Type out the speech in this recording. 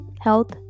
health